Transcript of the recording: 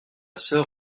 soeur